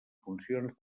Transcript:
funcions